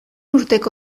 urteko